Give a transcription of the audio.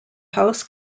house